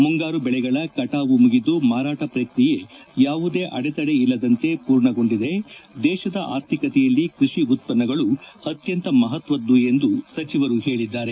ಹಿಂಗಾರು ಬೆಳೆಗಳ ಕಟಾವು ಮುಗಿದು ಮಾರಾಟ ಪ್ರಕ್ರಿಯೆ ಯಾವುದೇ ಅಡೆ ತಡೆ ಇಲ್ಲದಂತೆ ಪೂರ್ಣಗೊಂಡಿದೆ ದೇತದ ಆರ್ಥಿಕತೆಯಲ್ಲಿ ಕ್ಕಷಿ ಉತ್ವನ್ನಗಳು ಅತ್ಲಂತ ಮಹತ್ವದ್ದು ಎಂದು ಸಚಿವರು ಹೇಳಿದ್ದಾರೆ